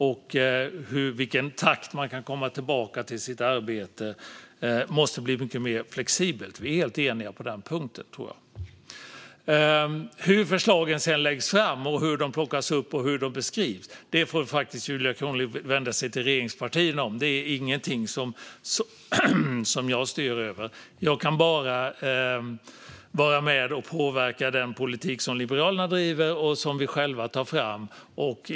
Och i vilken takt man kan komma tillbaka till sitt arbete måste bli mycket mer flexibelt. På den punkten tror jag att vi är helt eniga. Hur förslagen läggs fram, plockas upp och beskrivs får Julia Kronlid vända sig till regeringspartierna om. Det är ingenting som jag styr över. Jag kan bara vara med och påverka den politik som Liberalerna driver och som vi själva tar fram.